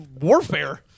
warfare